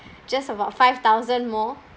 just about five thousand more